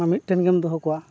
ᱢᱤᱫᱴᱷᱮᱱ ᱜᱮᱢ ᱫᱚᱦᱚ ᱠᱚᱣᱟ